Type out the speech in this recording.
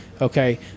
okay